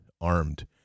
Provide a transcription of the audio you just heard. armed